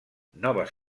noves